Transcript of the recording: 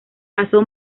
pasó